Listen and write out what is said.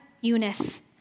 Eunice